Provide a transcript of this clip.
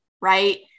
right